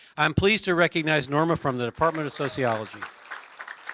i am pleased to recognize norma from the department of sociology.